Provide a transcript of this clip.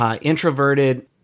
introverted